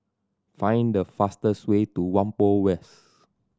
find the fastest way to Whampoa West